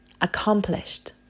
accomplished